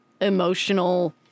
emotional